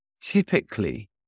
typically